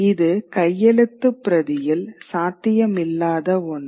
இது கையெழுத்துப் பிரதியில் சாத்தியமில்லாத ஒன்று